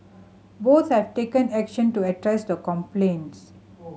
both have taken action to address the complaints